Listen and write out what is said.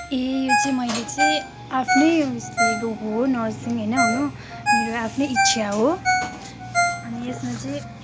ए यो चाहिँ मैले चाहिँ आफ्नै उसले गएको हो नर्सिङ होइन हुनु मेरो आफ्नै इच्छा हो अनि यसमा चाहिँ